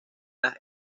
las